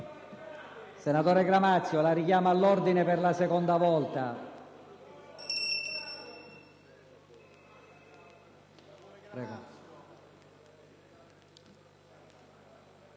Senatore Gramazio, la richiamo all'ordine per la seconda volta.